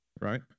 right